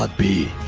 but be